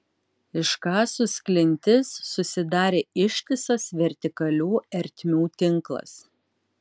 iškasus klintis susidarė ištisas vertikalių ertmių tinklas